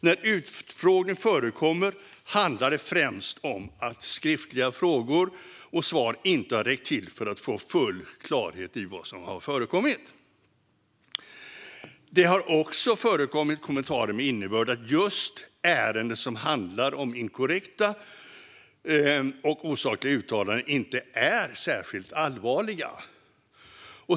När en utfrågning förekommer handlar det främst om att skriftliga frågor och svar inte har räckt till för att få full klarhet i vad som har förekommit. Det har också förekommit kommentarer med innebörd att just ärenden som handlar om inkorrekta och osakliga uttalanden inte är särskilt allvarliga.